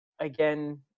Again